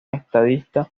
estadista